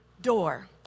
door